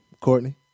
courtney